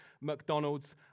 McDonald's